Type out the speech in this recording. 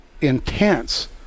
intense